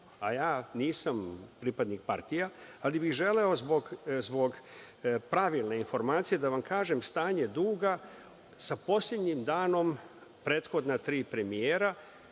a ja nisam pripadnik partija, ali bih želeo zbog pravilne informacije da vam kažem stanje duga sa poslednjim danom prethodna tri premijera